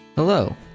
Hello